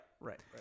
right